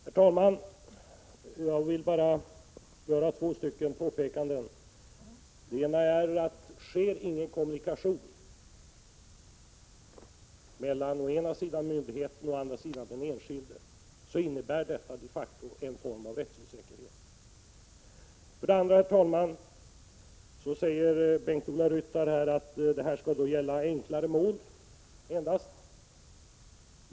Herr talman! Jag vill bara göra två påpekanden. Om det inte sker någon kommunikation mellan å ena sidan myndigheten och å andra sidan den enskilde, innebär detta de facto en form av rättsosäkerhet. Herr talman! Bengt-Ola Ryttar säger att detta endast skall gälla enklare mål.